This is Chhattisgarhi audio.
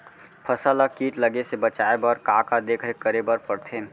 फसल ला किट लगे से बचाए बर, का का देखरेख करे बर परथे?